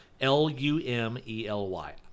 l-u-m-e-l-y